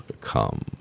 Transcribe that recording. come